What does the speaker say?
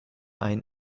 ein